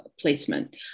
placement